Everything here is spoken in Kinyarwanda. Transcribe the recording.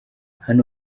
hano